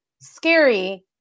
scary